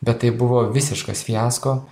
bet tai buvo visiškas fiasko